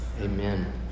Amen